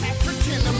African